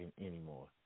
anymore